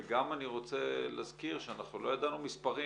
וגם אני רוצה להזכיר שאנחנו לא ידענו מספרים,